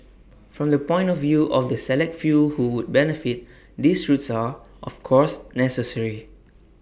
from the point of view of the select few who would benefit these routes are of course necessary